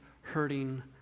hurting